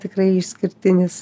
tikrai išskirtinis